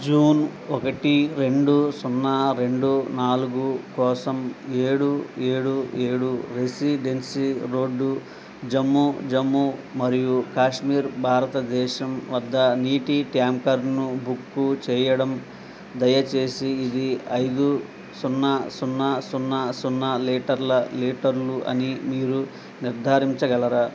June ఒకటి రెండు సున్నా రెండు నాలుగు కోసం ఏడు ఏడు ఏడు రెసిడెన్సీ రోడు జమ్మూ జమ్మూ మరియు కాశ్మీర్ భారతదేశం వద్ద నీటి ట్యాంకర్ను బుక్కు చేయడం దయచేసి ఇది ఐదు సున్నా సున్నా సున్నా సున్నా లీటర్ల లీటర్లు అని మీరు నిర్ధారించగలరా